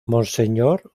monseñor